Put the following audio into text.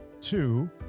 two